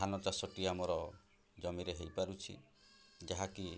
ଧାନ ଚାଷଟି ଆମର ଜମିରେ ହେଇପାରୁଛି ଯାହାକି